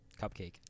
Cupcake